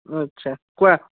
আচ্ছা কোৱা